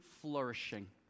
flourishing